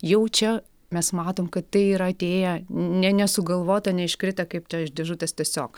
jau čia mes matom kad tai yra atėję ne nesugalvota neiškrito kaip ta iš dėžutės tiesiog